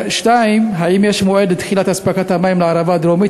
2. האם יש מועד לתחילת אספקת המים לערבה הדרומית,